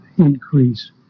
increase